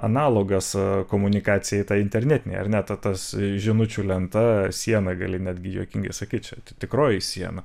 analogas komunikacijai tai internetinei ar ne ta tas žinučių lenta siena gali netgi juokingai sakyt čia tikroji siena